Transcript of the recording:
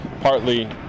partly